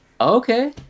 Okay